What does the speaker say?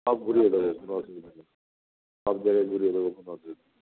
সব ঘুরিয়ে দেবে কোনো অসুবিধা নেই সব জায়গায় ঘুরিয়ে দেবো কোনো অসুবিধা নেই